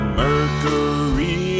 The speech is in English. mercury